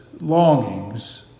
longings